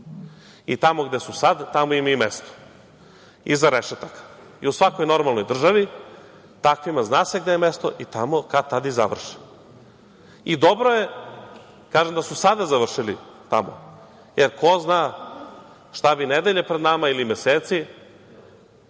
I tamo gde su sada, tamo im je i mesto, iza rešetaka. U svakoj normalnoj državi takvima zna se gde im je mesto i tamo kad tad i završe. Dobro je, kažem da su sada završili tamo, jer ko zna šta bi nedelje pred nama ili meseci